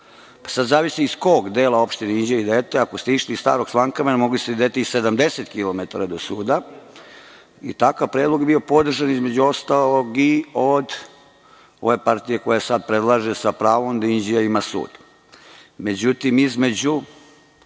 Sada zavisi iz kog dela opštine Inđije idete, ako ste išli iz Starog Slankamena mogli ste da idete i 70 kilometara do suda. Takav predlog je bio podržan između ostalog i od ove partije koja sada predlaže sa pravom da Inđija ima sud.Međutim, između